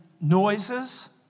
noises